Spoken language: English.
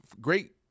great